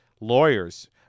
lawyers